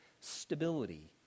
stability